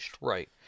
Right